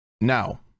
Now